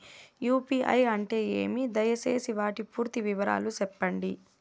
UPI అంటే ఏమి? దయసేసి వాటి పూర్తి వివరాలు సెప్పండి?